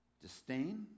disdain